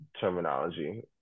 terminology